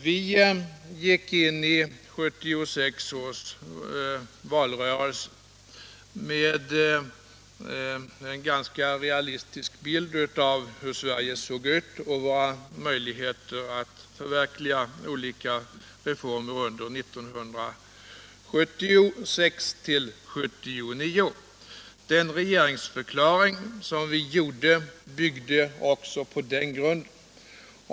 Vi gick in i 1976 års valrörelse med en ganska realistisk bild av hur Sverige såg ut och av våra möjligheter att förverkliga olika reformer under 1976-1979. Vår regeringsförklaring byggde också på den grunden.